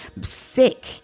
sick